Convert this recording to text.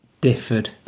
differed